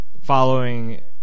following